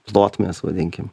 plotmės vadinkim